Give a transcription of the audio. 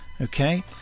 okay